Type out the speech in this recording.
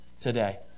today